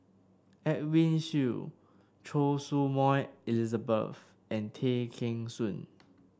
Edwin Siew Choy Su Moi Elizabeth and Tay Kheng Soon